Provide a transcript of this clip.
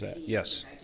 Yes